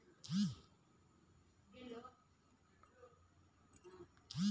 stock broker आपल्याकडसून जी fee घेतत त्येका ब्रोकरेज म्हणतत